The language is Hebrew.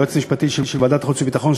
היועצת המשפטית של ועדת החוץ והביטחון,